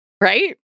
right